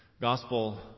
gospel